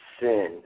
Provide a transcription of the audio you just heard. sin